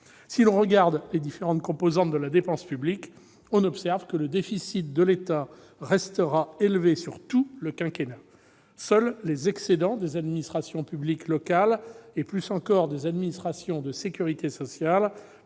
Si l'on regarde les différentes composantes de la dépense publique, on observe que le déficit de l'État restera élevé sur tout le quinquennat. Seuls les excédents des administrations publiques locales, et plus encore des administrations de sécurité sociale,